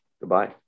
Goodbye